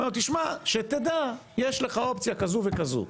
אומר לו "תשמע, שתדע, יש לך אופציה כזו וכזו".